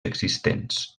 existents